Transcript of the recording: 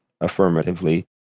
affirmatively